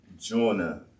Jonah